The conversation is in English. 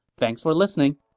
thanks for listening!